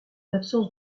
absence